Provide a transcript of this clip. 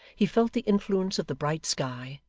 he felt the influence of the bright sky,